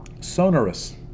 sonorous